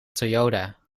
toyota